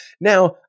Now